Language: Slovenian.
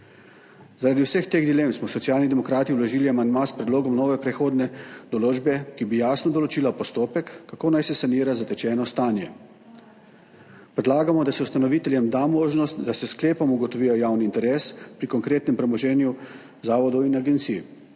Zaradi vseh teh dilem smo Socialni demokrati vložili amandma s predlogom nove prehodne določbe, ki bi jasno določila postopek, kako naj se sanira zatečeno stanje. Predlagamo, da se ustanoviteljem da možnost, da se s sklepom ugotovi javni interes pri konkretnem premoženju zavodov in agencij.